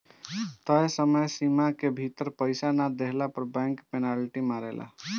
तय समय सीमा के भीतर पईसा ना देहला पअ बैंक पेनाल्टी मारेले